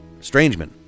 Strangeman